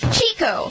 Chico